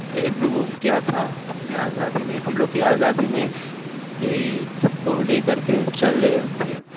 improve کیا تھا اپنے آزادی میں ہم لوگ کی آزادی میں یہی سب کو لے کر کے چلے تھے